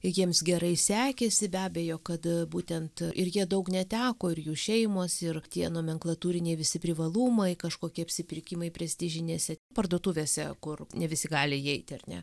jiems gerai sekėsi be abejo kad būtent ir jie daug neteko ir jų šeimos ir tie nomenklatūriniai visi privalumai kažkokie apsipirkimai prestižinėse parduotuvėse kur ne visi gali įeiti ar ne